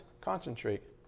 Concentrate